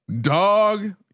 dog